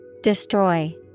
Destroy